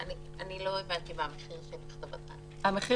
לא הבנתי מה המחיר של לכתוב "התראה".